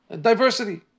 diversity